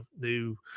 new